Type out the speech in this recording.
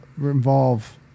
involve